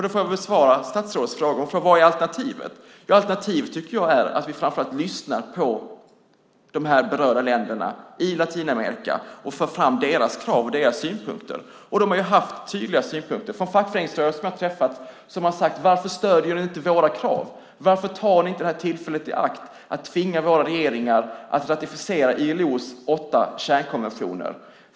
Då får jag väl besvara statsrådets frågor. Vad är alternativet? Alternativet tycker jag är att vi framför allt lyssnar på dessa berörda länder i Latinamerika och för fram deras krav och deras synpunkter, och de har haft tydliga synpunkter. Människor från fackföreningsrörelsen som jag har träffat säger: Varför stöder ni inte våra krav? Varför tar ni inte detta tillfälle i akt att tvinga våra regeringar att ratificera ILO:s åtta kärnkonventioner?